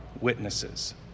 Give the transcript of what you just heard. witnesses